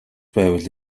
байвал